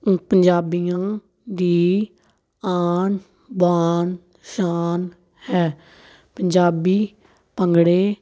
ਪੰਜਾਬੀਆਂ ਦੀ ਆਨ ਬਾਨ ਸ਼ਾਨ ਹੈ ਪੰਜਾਬੀ ਭੰਗੜੇ